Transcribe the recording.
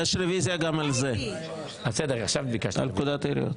יש רוויזיה גם על פקודת העיריות.